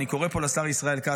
ואני קורא פה לשר ישראל כץ,